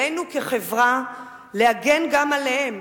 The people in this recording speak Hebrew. עלינו כחברה להגן גם עליהם,